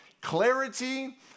clarity